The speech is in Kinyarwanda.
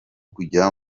kujya